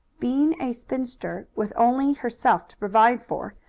being a spinster, with only herself to provide for,